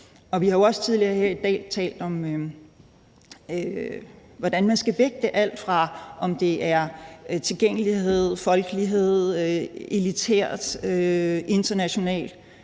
Vi har jo også tidligere her i dag talt om, hvordan man skal vægte alt fra tilgængelighed til folkelighed og om det er elitært